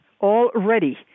already